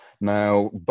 Now